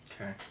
Okay